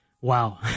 Wow